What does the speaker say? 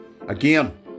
Again